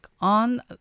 on